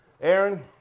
aaron